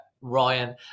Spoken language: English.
ryan